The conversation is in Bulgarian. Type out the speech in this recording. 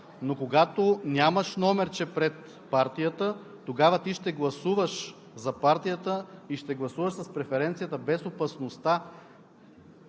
Но когато нямаш номерче пред партията, тогава ти ще гласуваш за партията и ще гласуваш с преференцията, без опасността